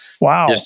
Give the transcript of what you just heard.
Wow